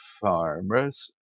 farmers